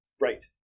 Right